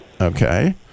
Okay